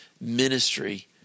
ministry